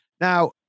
Now